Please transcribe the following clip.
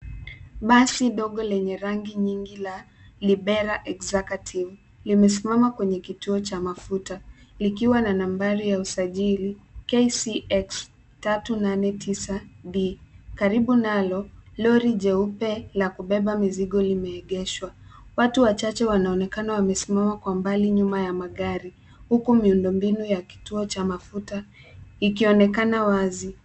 Basi dogo lenye rangi nyingi la Libera executive limesimama kwenye kituo cha mafuta likiwa na nambari ya usajili KCX 389D. Karibu nalo, lori jeupe la kubeba mizigo limeegeshwa. Watu wachache wanaonekana wamesimama kwa mbali nyuma ya magari, huku miundombinu ya kituo cha mafuta ikionekana wazi.